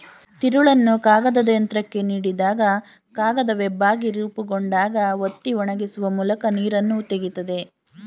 ತಿರುಳನ್ನು ಕಾಗದಯಂತ್ರಕ್ಕೆ ನೀಡಿದಾಗ ಕಾಗದ ವೆಬ್ಬಾಗಿ ರೂಪುಗೊಂಡಾಗ ಒತ್ತಿ ಒಣಗಿಸುವ ಮೂಲಕ ನೀರನ್ನು ತೆಗಿತದೆ